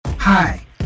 Hi